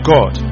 God